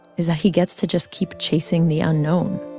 is that he gets to just keep chasing the unknown